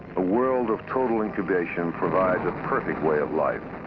a world of total incubation provides a perfect way of life.